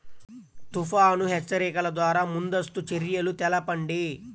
తుఫాను హెచ్చరికల ద్వార ముందస్తు చర్యలు తెలపండి?